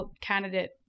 candidate